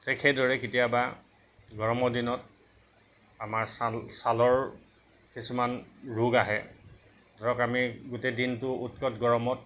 ঠিক সেইদৰে কেতিয়াবা গৰমৰ দিনত আমাৰ ছাল ছালৰ কিছুমান ৰোগ আহে ধৰক আমি গোটেই দিনটো উৎকট গৰমত